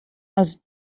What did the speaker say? els